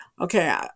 okay